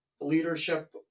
leadership